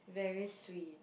very sweet